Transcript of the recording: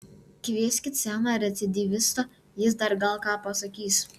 kvieskit seną recidyvistą jis dar gal ką pasakys